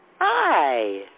Hi